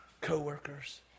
co-workers